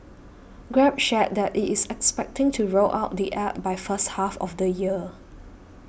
grab shared that it is expecting to roll out the App by first half of the year